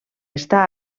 està